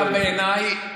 אתה בעיניי,